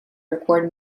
record